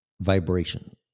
vibration